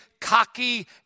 cocky